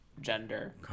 gender